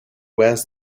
wears